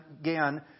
again